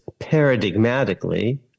paradigmatically